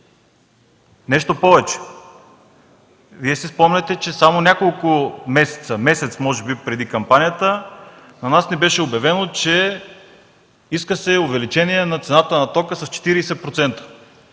Нищо повече, Вие си спомняте, че само няколко месеца, може би месец преди кампанията на нас ни беше обявено, че се иска увеличение на цената на тока с 40%